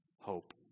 hope